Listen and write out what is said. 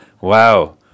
Wow